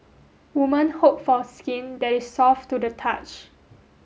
women hope for skin that is soft to the touch